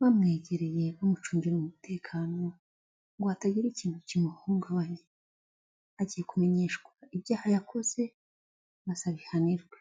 bamwegereye bamucungira umutekano ngo hatagira ikintu kimuhungabanya agiye kumenyeshwa ibyaha yakoze maze abihanirwe.